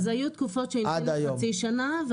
אז היו תקופות שהמתינו חצי שנה,